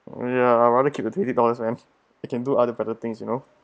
ya I rather keep the eighty dollars man it can do other better things you know